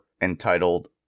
entitled